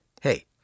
Hey